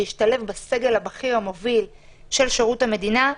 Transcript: להשתלב בסגל הבכיר המוביל של שירות המדינה.